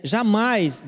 Jamais